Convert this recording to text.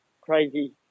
crazy